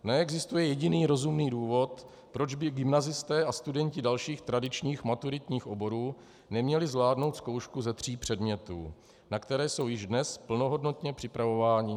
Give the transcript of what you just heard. Neexistuje jediný rozumný důvod, proč by gymnazisté a studenti dalších tradičních maturitních oborů neměli zvládnout zkoušku ze tří předmětů, na které jsou již dnes plnohodnotně připravováni.